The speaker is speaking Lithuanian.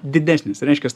didesnis reiškias